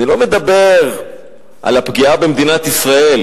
אני לא מדבר על הפגיעה במדינת ישראל,